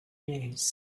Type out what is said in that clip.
news